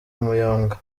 umuyonga